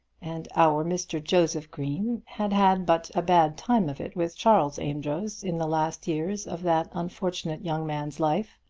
and our mr. joseph green had had but a bad time of it with charles amedroz in the last years of that unfortunate young man's life.